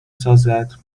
سازد